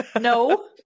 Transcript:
no